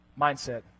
mindset